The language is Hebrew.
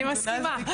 אני מסכימה.